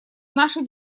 наши